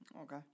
Okay